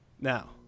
Now